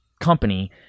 company